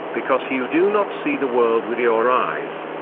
because you do not see the world with your eyes.